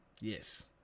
Yes